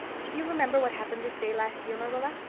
do you remember what happened this day last year, marilla?